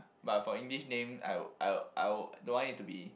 but for English name I would I would I will don't want it to be